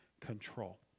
control